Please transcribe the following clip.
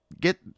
get